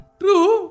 true